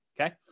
okay